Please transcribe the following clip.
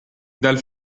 dal